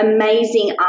amazing